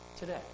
today